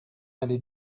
allée